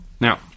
Now